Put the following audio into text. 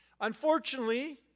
Unfortunately